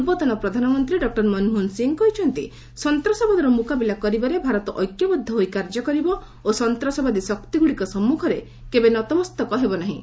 ପୂର୍ବତନ ପ୍ରଧାନମନ୍ତ୍ରୀ ଡକ୍ଟର ମନମୋହନ ସିଂ କହିଛନ୍ତି ସନ୍ତାସବାଦର ମୁକାବିଲା କରିବାରେ ଭାରତ ଐକ୍ୟବଦ୍ଧ ହୋଇ କାର୍ଯ୍ୟ କରିବ ଓ ସନ୍ତ୍ରାସବାଦୀ ସଶକ୍ତିଗୁଡ଼ିକ ସମ୍ମୁଖରେ କେବେ ନତମସ୍ତକ ହେବ ନାହିଁ